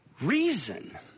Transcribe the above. reason